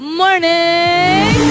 morning